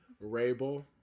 Rabel